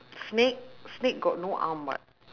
snake snake got no arm [what]